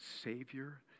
Savior